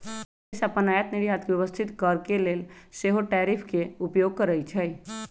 देश अप्पन आयात निर्यात के व्यवस्थित करके लेल सेहो टैरिफ के उपयोग करइ छइ